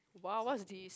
wow what's this